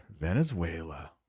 venezuela